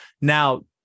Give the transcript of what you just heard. now